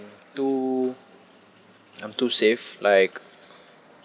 too I'm too safe like